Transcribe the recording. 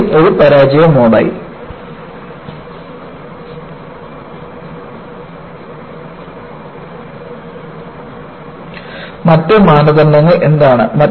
buckling ഒരു പരാജയ മോഡായി മറ്റ് മാനദണ്ഡങ്ങൾ എന്താണ്